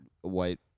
white